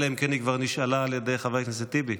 אלא אם כן היא כבר נשאלה על ידי חבר הכנסת טיבי.